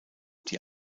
die